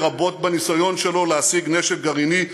לרבות בניסיון שלו להשיג נשק גרעיני,